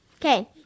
Okay